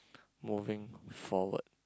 moving forward